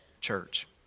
church